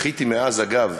אגב,